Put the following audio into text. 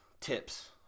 tips